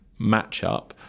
matchup